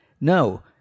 No